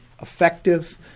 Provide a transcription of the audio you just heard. effective